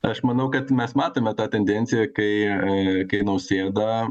aš manau kad mes matome tą tendenciją kai e kai nausėda